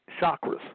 chakras